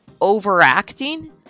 overacting